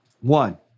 One